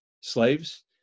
slaves